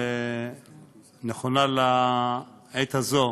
ונכונה לעת הזאת,